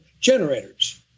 generators